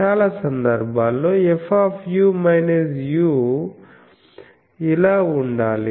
చాలా సందర్భాల్లో F u ఇలా ఉండాలి